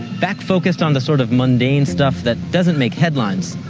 back focused on the sort of mundane stuff that doesn't make headlines,